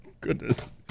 Goodness